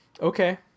Okay